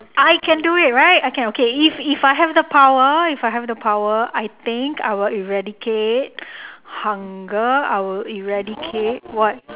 I can do it right I can okay if if I have the power if I have the power I think I will eradicate hunger I would eradicate what